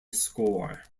score